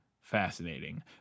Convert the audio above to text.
fascinating